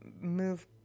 move